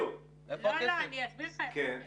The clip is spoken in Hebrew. אני אסביר לך איפה הכסף.